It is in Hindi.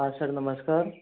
हाँ सर नमस्कार